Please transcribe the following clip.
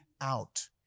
out